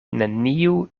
neniu